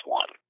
one